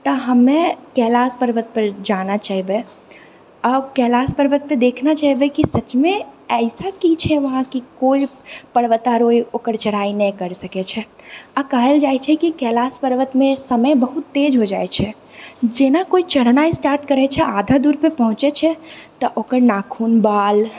तऽ हमे कैलाश पर्वतपर जाना चाहबै आओर कैलाश पर्वतपर देखना चाहबै कि सचमे ऐसा की छै वहाँ कि कोइ पर्वतारोही ओकर चढ़ाइ नहि करि सकै छै आओर कहल जाइ छै कि कैलाश पर्वतमे समय बहुत तेज हो जाइ छै जेना कोइ चढ़नाइ स्टार्ट करै छै आधा दूरपर पहुँचै छै तऽ ओकर नाखून बाल